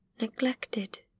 neglected